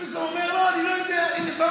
לא, אני לא יודע, הינה בא